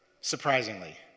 surprisingly